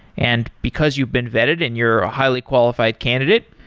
and because you've been vetted and you're a highly qualified candidate,